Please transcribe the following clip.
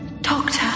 Doctor